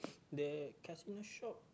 they in a shop